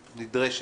נדרשת.